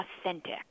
authentic